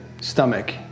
stomach